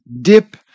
dip